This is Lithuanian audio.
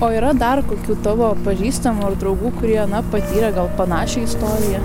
o yra dar kokių tavo pažįstamų ar draugų kurie na patyrė gal panašią istoriją